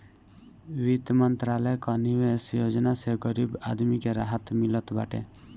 वित्त मंत्रालय कअ निवेश योजना से गरीब आदमी के राहत मिलत बाटे